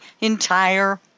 entire